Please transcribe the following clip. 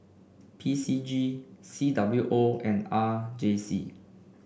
P C G C W O and R J C